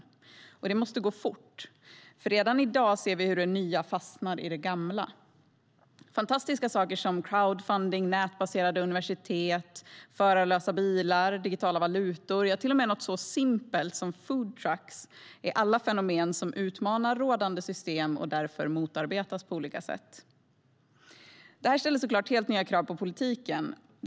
Och det måste gå fort, för redan i dag ser vi hur det nya fastnar i det gamla. Fantastiska saker som crowd funding, nätbaserade universitet, förarlösa bilar, digitala valutor, ja, till och med något så simpelt som food trucks är alla fenomen som utmanar rådande system och därför motarbetas på olika sätt. Det här ställer helt nya krav på politiken.